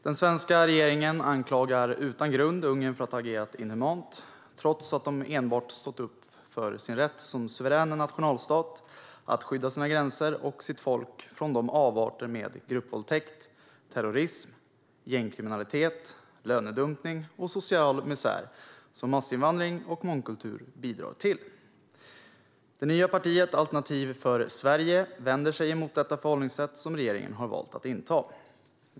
Den svenska regeringen anklagar utan grund Ungern för att ha agerat inhumant, trots att landet enbart stått upp för sin rätt som suverän nationalstat att skydda sina gränser och sitt folk från de avarter med gruppvåldtäkt, terrorism, gängkriminalitet, lönedumpning och social misär som massinvandring och mångkultur bidrar till. Det nya partiet Alternativ för Sverige vänder sig mot det förhållningssätt som regeringen har valt att inta.